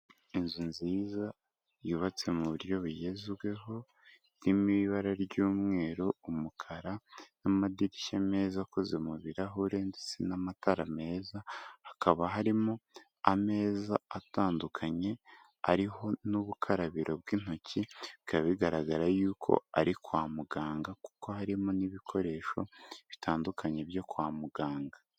Inzu nziza yubatse mu buryo bugezweho irimo ibara ry'umweru, umukara n'amadirishya meza akoze mu birarahure ndetse n'amatara meza. Hakaba harimo ameza atandukanye ariho n'ubukarabiro bw'intoki, bikaba bigaragara yuko ari kwa muganga kuko harimo n'ibikoresho bitandukanye byo kwa muganga.